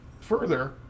further